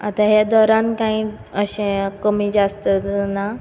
आतां हें दौरान खंय अशें कमी जास्त ना